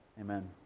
Amen